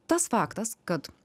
tas faktas kad